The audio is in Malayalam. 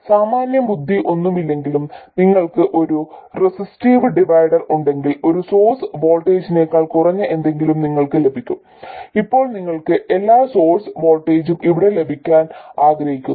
സാമാന്യബുദ്ധി ഒന്നുമില്ലെങ്കിലും നിങ്ങൾക്ക് ഒരു റെസിസ്റ്റീവ് ഡിവൈഡർ ഉണ്ടെങ്കിൽ ഈ സോഴ്സ് വോൾട്ടേജിനേക്കാൾ കുറഞ്ഞ എന്തെങ്കിലും നിങ്ങൾക്ക് ലഭിക്കും ഇപ്പോൾ നിങ്ങൾക്ക് എല്ലാ സോഴ്സ് വോൾട്ടേജും ഇവിടെ ലഭിക്കാൻ ആഗ്രഹിക്കുന്നു